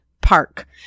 park